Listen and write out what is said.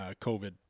COVID